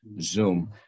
Zoom